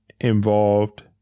involved